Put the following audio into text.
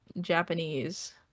Japanese